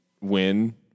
win